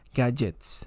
gadgets